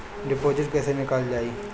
Deposit कैसे निकालल जाइ?